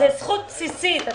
זו זכות בסיסית.